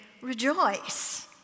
rejoice